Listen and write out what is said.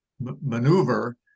maneuver